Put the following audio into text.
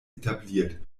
etabliert